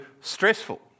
stressful